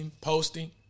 posting